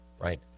right